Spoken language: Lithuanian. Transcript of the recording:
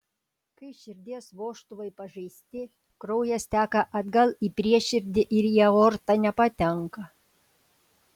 kai širdies vožtuvai pažeisti kraujas teka atgal į prieširdį ir į aortą nepatenka